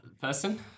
person